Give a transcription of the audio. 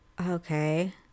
Okay